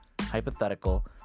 hypothetical